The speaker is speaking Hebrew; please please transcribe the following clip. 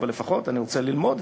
אבל לפחות אני רוצה ללמוד,